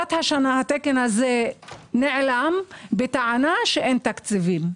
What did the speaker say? ובתחילת השנה התקן הזה נעלם בטענה שאין תקציבים.